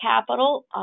capital